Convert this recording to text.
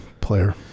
player